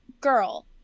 girl